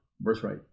birthright